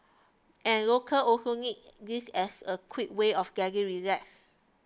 and locals also need this as a quick way of getting relaxed